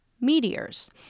meteors